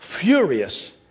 furious